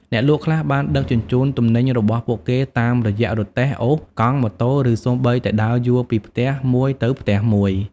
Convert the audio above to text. អ្នកលក់ខ្លះបានដឹកជញ្ជូនទំនិញរបស់ពួកគេតាមរយៈរទេះ អូស កង់ ម៉ូតូ ឬសូម្បីតែដើរយួរពីផ្ទះមួយទៅផ្ទះមួយ។